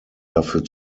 dafür